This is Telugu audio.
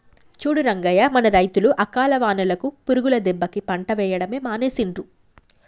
చూడు రంగయ్య మన రైతులు అకాల వానలకు పురుగుల దెబ్బకి పంట వేయడమే మానేసిండ్రు